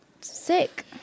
sick